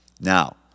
now